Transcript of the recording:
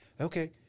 okay